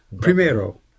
Primero